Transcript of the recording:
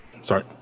Sorry